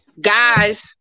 guys